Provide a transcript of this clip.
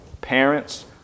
Parents